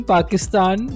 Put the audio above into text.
Pakistan